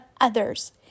others